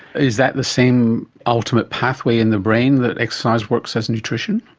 is that the same ultimate pathway in the brain that exercise works as nutrition?